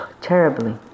terribly